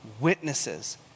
witnesses